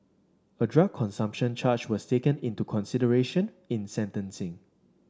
a drug consumption charge was taken into consideration in sentencing